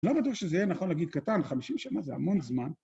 לא בטוח שזה יהיה נכון להגיד קטן, 50 שנה זה המון זמן.